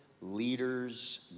leaders